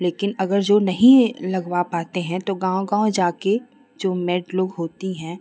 लेकिन अगर जो नहीं लगवा पाते हैं तो गाँव गाँव जाकर जो मेड लोग होती हैं